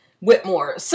Whitmore